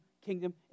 kingdom